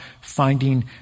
finding